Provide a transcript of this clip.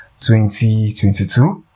2022